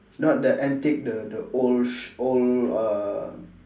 not the antique the the old old uh